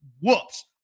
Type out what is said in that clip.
whoops